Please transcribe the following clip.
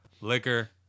Liquor